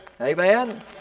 Amen